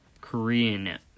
Korean